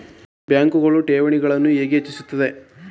ಬ್ಯಾಂಕುಗಳು ಠೇವಣಿಗಳನ್ನು ಹೇಗೆ ಹೆಚ್ಚಿಸುತ್ತವೆ?